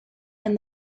and